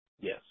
yes